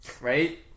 Right